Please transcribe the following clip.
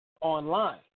online